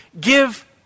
Give